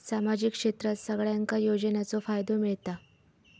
सामाजिक क्षेत्रात सगल्यांका योजनाचो फायदो मेलता?